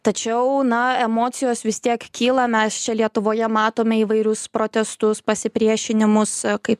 tačiau na emocijos vis tiek kyla mes čia lietuvoje matome įvairius protestus pasipriešinimus kai